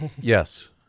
Yes